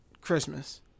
Christmas